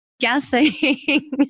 guessing